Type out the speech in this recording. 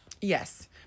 Yes